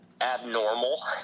abnormal